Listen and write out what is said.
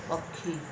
ପକ୍ଷୀ